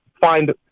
find